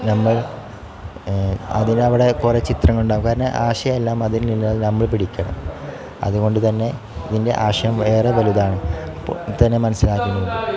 നമ്മൾ അതിനവിടെ കുറേ ചിത്രങ്ങളുണ്ടാകും കാരണം ആശയം എല്ലാം അതിൽ നിന്ന് നമ്മൾ പിടിക്കണം അതു കൊണ്ട് തന്നെ ഇതിൻ്റെ ആശയം വേറെ വലുതാണ് അപ്പോൾ തന്നെ മനസ്സിലാകുന്നത്